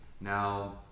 Now